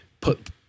put